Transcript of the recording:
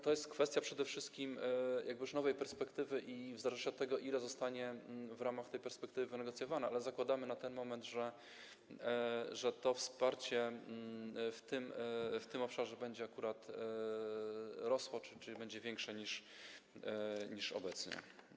To jest kwestia przede wszystkim już nowej perspektywy i zwłaszcza tego, ile zostanie w ramach tej perspektywy wynegocjowane, ale zakładamy na ten moment, że to wsparcie w tym obszarze będzie akurat rosło, czyli będzie większe niż obecnie.